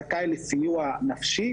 זכאי לסיוע נפשי,